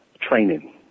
training